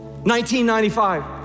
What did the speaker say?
1995